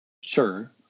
sure